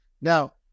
Now